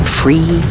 free